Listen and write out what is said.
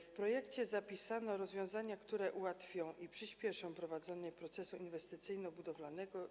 W projekcie zapisano rozwiązania, które ułatwią i przyspieszą prowadzenie procesu inwestycyjno-budowlanego.